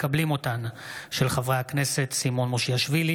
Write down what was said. מאת חברי הכנסת קטי קטרין שטרית,